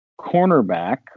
cornerback